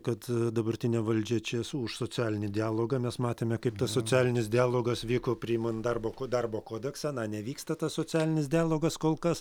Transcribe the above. kad dabartinė valdžia čia esu už socialinį dialogą mes matėme kaip tas socialinis dialogas vyko priimant darbo ko darbo kodeksą nevyksta socialinis dialogas kol kas